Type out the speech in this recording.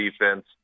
defense